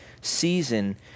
season